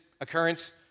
occurrence